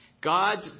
god's